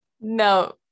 No